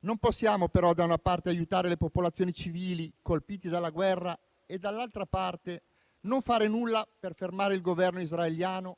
Non possiamo, però, da una parte aiutare le popolazioni civili colpite dalla guerra e dall'altra parte non fare nulla per fermare il Governo israeliano